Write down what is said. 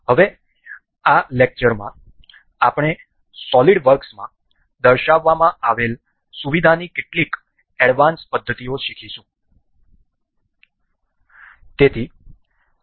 હવે આ લેક્ચરમાં આપણે સોલિડ વર્ક્સમાં દર્શાવવામાં આવેલ સુવિધાની કેટલીક એડવાન્સ પદ્ધતિઓ શીખીશું